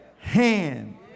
hand